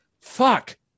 fuck